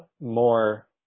more